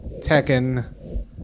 Tekken